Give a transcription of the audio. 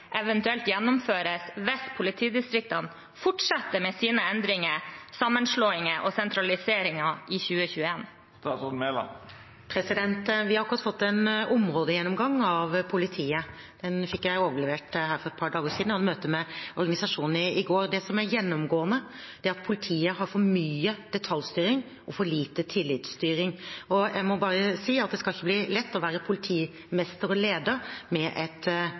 eventuelt gjennomføres hvis politidistriktene fortsetter med sine endringer, sammenslåinger og sentraliseringer i 2021? Vi har akkurat fått en områdegjennomgang av politiet. Den fikk jeg overlevert for et par dager siden, og jeg hadde møte med organisasjonene i går. Det som er gjennomgående, er at politiet har for mye detaljstyring og for lite tillitsstyring, og jeg må bare si at det skal ikke bli lett å være politimester og leder med